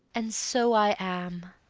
and so i am.